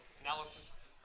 analysis